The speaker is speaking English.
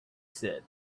said